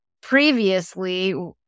previously